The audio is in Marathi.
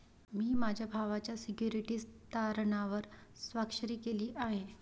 मी माझ्या भावाच्या सिक्युरिटीज तारणावर स्वाक्षरी केली आहे